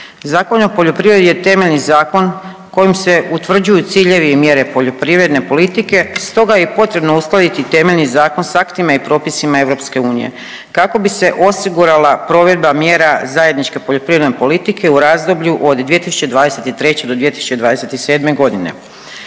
Zakon o poljoprivredi je temeljni zakon kojim se utvrđuju ciljevi i mjere poljoprivredne politike, stog je i potrebno uskladiti temeljni zakon sa aktima i propisima EU kako bi se osigurala provedba mjera zajedničke poljoprivredne politike u razdoblju od 2023. do 2027. godine,